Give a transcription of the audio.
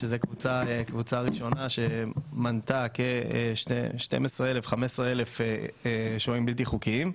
קבוצה שמנתה כ-12,000-15,000 שוהים בלתי חוקיים.